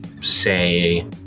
say